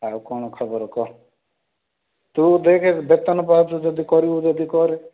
ଆଉ କ'ଣ ଖବର କହ ତୁ ଦେଖେ ବେତନ ପାଉଛୁ ଯଦି କରିବୁ ଯଦି କରେ